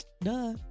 Duh